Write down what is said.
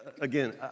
Again